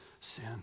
sin